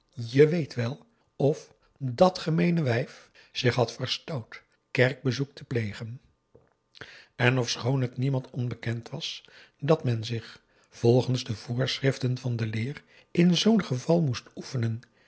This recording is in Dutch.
je weet wel of dat gemeene wijf zich had verstout p a daum hoe hij raad van indië werd onder ps maurits kerkbezoek te plegen en ofschoon het niemand onbekend was dat men zich volgens de voorschriften van de leer in zoo'n geval moest oefenen